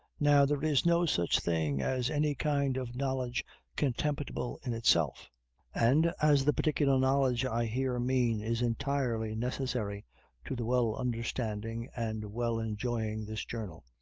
now there is no such thing as any kind of knowledge contemptible in itself and, as the particular knowledge i here mean is entirely necessary to the well understanding and well enjoying this journal